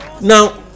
Now